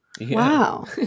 Wow